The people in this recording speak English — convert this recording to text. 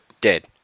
Dead